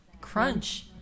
Crunch